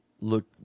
look